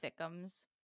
thickums